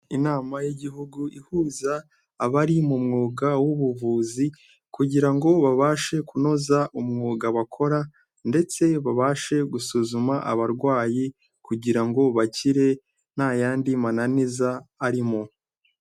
Inama y'igihugu ihuza abari mu mwuga w'ubuvuzi kugira ngo babashe kunoza umwuga bakora ndetse babashe gusuzuma abarwayi kugira ngo bakire nta yandi mananiza arimo.